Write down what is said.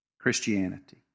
Christianity